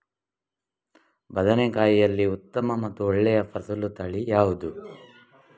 ಬದನೆಕಾಯಿಯಲ್ಲಿ ಉತ್ತಮ ಮತ್ತು ಒಳ್ಳೆಯ ಫಸಲು ತಳಿ ಯಾವ್ದು?